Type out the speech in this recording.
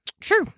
True